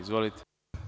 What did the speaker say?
Izvolite.